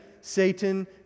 Satan